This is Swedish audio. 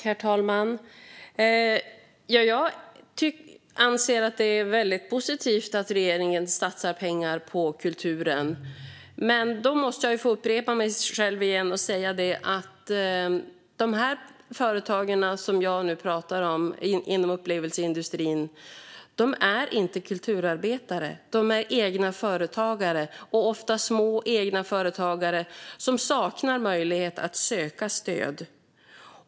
Herr talman! Det är väldigt positivt att regeringen satsar pengar på kulturen, men då måste jag få upprepa mig: De företag inom upplevelseindustrin som jag nu pratar om är inte kulturarbetare. De är egna företagare, ofta små egna företagare, som saknar möjlighet att söka stöd.